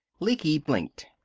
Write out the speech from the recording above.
lecky blinked.